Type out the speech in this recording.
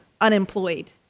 unemployed